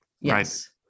Yes